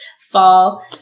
fall